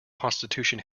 constitution